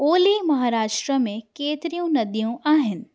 ओली महाराष्ट्र में केतिरियूं नदियूं आहिनि